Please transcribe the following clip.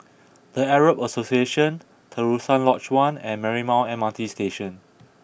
The Arab Association Terusan Lodge One and Marymount M R T Station